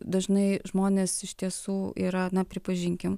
dažnai žmonės iš tiesų yra na pripažinkim